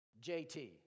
JT